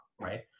right